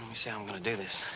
me see how i'm going to do this.